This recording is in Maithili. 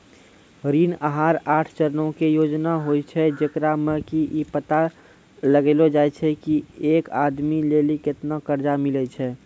ऋण आहार आठ चरणो के योजना होय छै, जेकरा मे कि इ पता लगैलो जाय छै की एक आदमी लेली केतना कर्जा मिलै छै